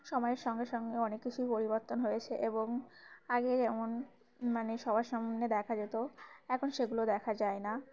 সময়ের সঙ্গে সঙ্গে অনেক কিছুই পরিবর্তন হয়েছে এবং আগে যেমন মানে সবার সামনে দেখা যেত এখন সেগুলো দেখা যায় না